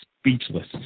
speechless